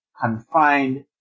confined